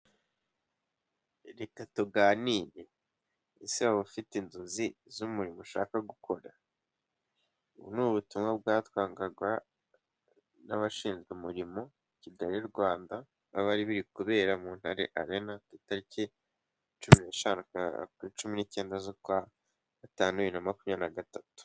Reka tuganire, ese abafite inzozi z'umurimo ushaka gukora? Ubu ni ubutumwa bwatangwaga n'abashinzwe umurimo Kigali, Rwanda. Aho byari biri kubera mu Ntare Arena tariki cumi n'eshanu kugera cumi n'icyenda bibiri na makumyabiri na gatatu.